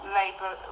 labor